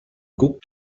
guckt